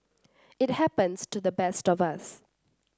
it happens to the best of us